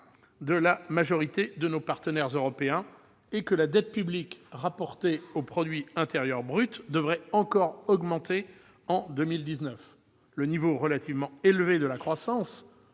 de la majorité de nos partenaires européens, et que la dette publique rapportée au produit intérieur brut devrait encore augmenter en 2019. Le niveau relativement élevé de la croissance-